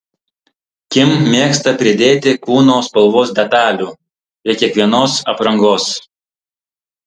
kim mėgsta pridėti kūno spalvos detalių prie kiekvienos aprangos